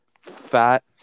fat